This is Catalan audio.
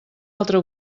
altra